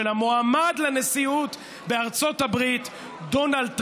של המועמד לנשיאות בארצות הברית דונלד טראמפ.